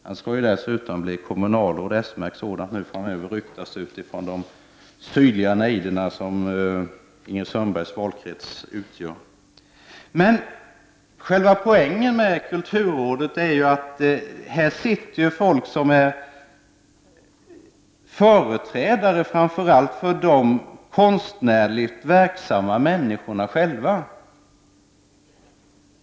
Han lär dessutom bli smärkt kommunalråd — det har hörts rykten från de sydliga nejder som utgör Ingrid Sundbergs valkrets. Men själva poängen med kulturrådet är att där sitter folk som är företrädare framför allt för de konstnärligt verksamma människorna själva.